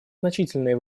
значительные